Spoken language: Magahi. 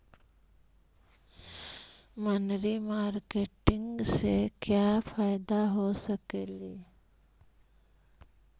मनरी मारकेटिग से क्या फायदा हो सकेली?